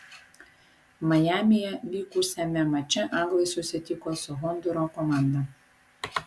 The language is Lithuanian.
majamyje vykusiame mače anglai susitiko su hondūro komanda